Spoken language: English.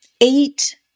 eight